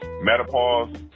menopause